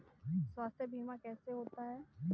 स्वास्थ्य बीमा कैसे होता है?